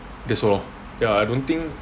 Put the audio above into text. that's all lor ya I don't think